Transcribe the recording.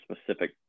specific